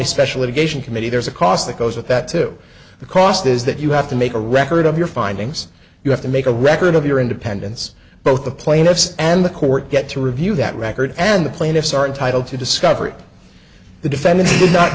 a special education committee there's a cost that goes with that too the cost is that you have to make a record of your findings you have to make a record of your independence both the plaintiffs and the court get to review that record and the plaintiffs are entitled to discovery the defendant